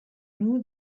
knew